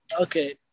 okay